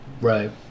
Right